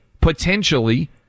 potentially